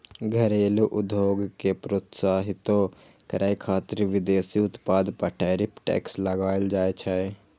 घरेलू उद्योग कें प्रोत्साहितो करै खातिर विदेशी उत्पाद पर टैरिफ टैक्स लगाएल जाइ छै